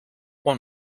one